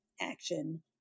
action